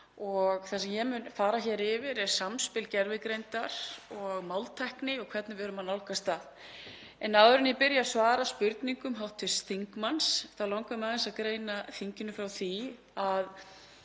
og það sem ég mun fara hér yfir er samspil gervigreindar og máltækni og hvernig við erum að nálgast það. En áður en ég byrja að svara spurningum hv. þingmanns þá langar mig aðeins að greina þinginu frá því að